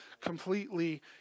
completely